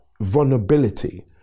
vulnerability